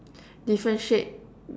differentiate